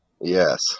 Yes